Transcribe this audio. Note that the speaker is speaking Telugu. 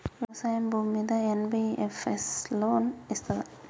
వ్యవసాయం భూమ్మీద ఎన్.బి.ఎఫ్.ఎస్ లోన్ ఇస్తదా?